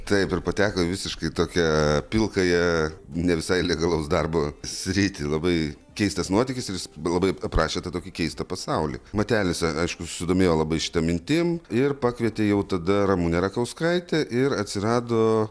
taip ir pateko į visiškai tokią pilkąją ne visai legalaus darbo sritį labai keistas nuotykis ir jis labai aprašė tą tokį keistą pasaulį matelis aišku susidomėjo labai šita mintim ir pakvietė jau tada ramunę rakauskaitę ir atsirado